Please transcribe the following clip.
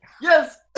Yes